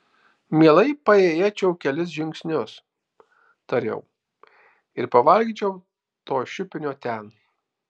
mielai paėjėčiau kelis žingsnius tariau ir pavalgyčiau to šiupinio ten